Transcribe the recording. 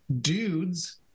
Dudes